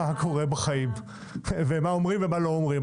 קורה בחיים ומה אומרים ומה לא אומרים.